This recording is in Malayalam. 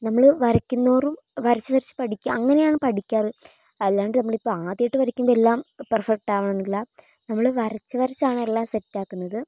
നമ്മൾ വരയ്ക്കുന്തോറും വരച്ച് വരച്ച് പഠിക്കുക അങ്ങനെയാണ് പഠിക്കാറ് അല്ലാണ്ട് നമ്മള് ഇപ്പം ആദ്യമായിട്ട് വരയ്ക്കുമ്പോൾ എല്ലാം പെര്ഫെക്ട് ആവണം എന്നില്ല നമ്മൾ വരച്ച് വരച്ചാണ് എല്ലാം സെറ്റ് ആക്കുന്നത്